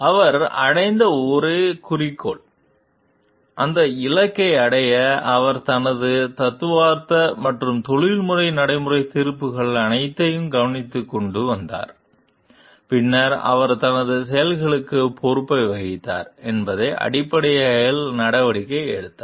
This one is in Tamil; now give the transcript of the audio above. அவர் அடைந்த ஒரு குறிக்கோள் அந்த இலக்கை அடைய அவர் தனது தத்துவார்த்த மற்றும் தொழில்முறை நடைமுறை தீர்ப்புகள் அனைத்தையும் கவனத்தில் கொண்டு வந்தார் பின்னர் அவர் தனது செயல்களுக்கும் பொறுப்பை வகித்தார் என்பதன் அடிப்படையில் நடவடிக்கை எடுத்தார்